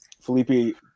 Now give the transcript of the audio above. Felipe